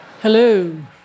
Hello